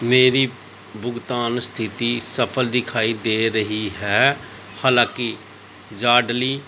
ਮੇਰੀ ਭੁਗਤਾਨ ਸਥਿਤੀ ਸਫਲ ਦਿਖਾਈ ਦੇ ਰਹੀ ਹੈ ਹਾਲਾਂਕਿ ਯਾਰਡਲੀ